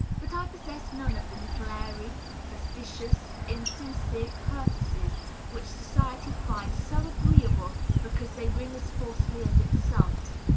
but i possessed none of the little airy, factitious, insincere courtesies which society finds so agreeable because they ring as fijsely as itself.